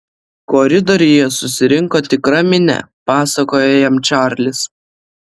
koridoriuje susirinko tikra minia pasakojo jam čarlis